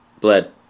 Bled